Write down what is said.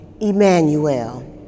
Emmanuel